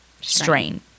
strain